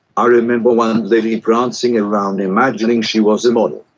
i remember one lady prancing around imagining she was a model.